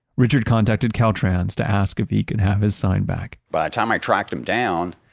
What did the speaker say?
richard contacted caltrans to ask if he could have his sign back by the time i tracked them down,